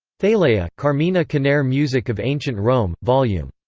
thaleia, carmina canere music of ancient rome, vol. yeah um